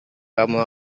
kamu